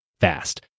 fast